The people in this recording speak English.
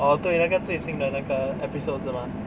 oh 对那个最新的那个 episode 是吗